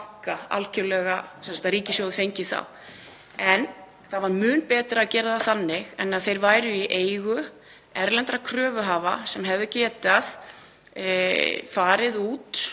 að ríkissjóður fengi alla þessa banka. En það var mun betra að gera það þannig en að þeir væru í eigu erlendra kröfuhafa sem hefðu getað farið út